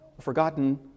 forgotten